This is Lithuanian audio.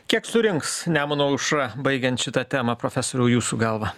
kiek surinks nemuno aušra baigiant šitą temą profesoriau jūsų galva